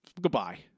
Goodbye